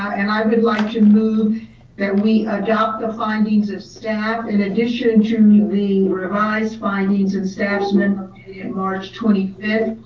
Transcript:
and i would like to move that we adopt the findings of staff in addition to newly revised findings and staff's memo dated and march twenty fifth,